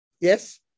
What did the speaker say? yes